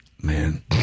Man